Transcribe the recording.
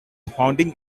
founding